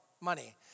money